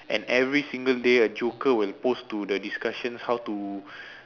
and every single day a joker would post to the discussion how to